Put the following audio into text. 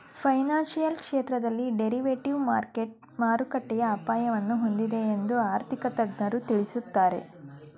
financial ಕ್ಷೇತ್ರದಲ್ಲಿ derivative market ಮಾರುಕಟ್ಟೆಯ ಅಪಾಯವನ್ನು ಹೊಂದಿದೆ ಎಂದು ಆರ್ಥಿಕ ತಜ್ಞರು ತಿಳಿಸುತ್ತಾರೆ